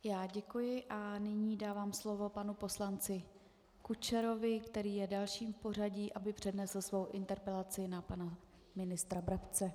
Já děkuji a nyní dávám slovo panu poslanci Kučerovi, který je dalším v pořadí, aby přednesl svou interpelaci na pana ministra Brabce.